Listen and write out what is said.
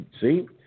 see